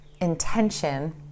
intention